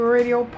Radio